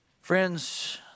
Friends